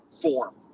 form